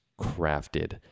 crafted